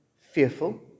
fearful